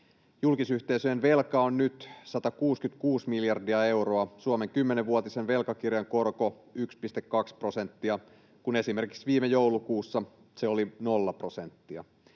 Julkisyhteisöjen velka on nyt 166 miljardia euroa. Suomen 10-vuotisen velkakirjan korko on 1,2 prosenttia, kun esimerkiksi viime joulukuussa se oli nolla prosenttia.